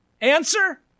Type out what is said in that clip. Answer